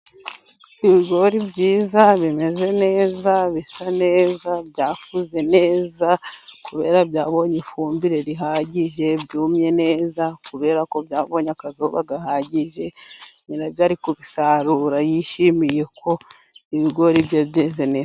Ibigori byiza bimeze neza, bisa neza byakuze neza, kubera byabonye ifumbire ihagij. Byumye neza kubera ko byabonye akazuba gahagije. nyirabyo ari kubisarura yishimiye ko ibigori byeze neza.